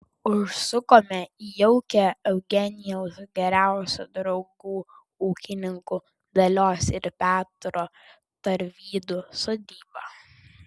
užsukome į jaukią eugenijaus geriausių draugų ūkininkų dalios ir petro tarvydų sodybą